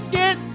get